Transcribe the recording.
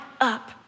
up